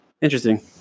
interesting